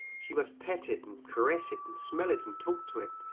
she must pet it and caress it and smell it and talk to it,